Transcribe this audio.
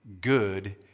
good